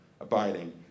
abiding